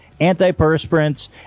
antiperspirants